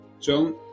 john